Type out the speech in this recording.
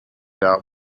out